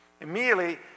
Immediately